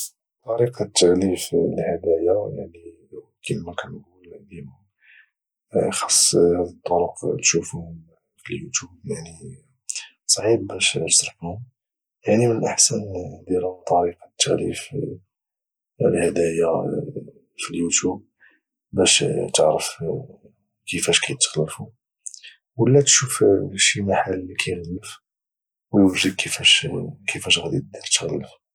طريقه تغليف الهدايا يعني كيما كانقول ديما ديما خاص هذا الطرق تشوفوهم في اليوتيوب يعني صعيب باش تشرحهم يعني من الاحسن ديرو طريقه تغليف الهدف اليوتيوب باش تعرف كيفاش كيتغلفوا ولى تشوف شي محال اللي كيغلف وتشوف كفاش تغلف